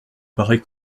paraît